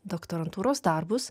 doktorantūros darbus